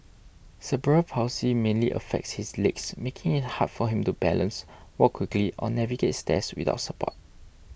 cerebral palsy mainly affects his legs making it hard for him to balance walk quickly or navigate stairs without support